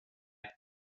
det